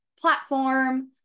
platform